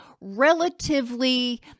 relatively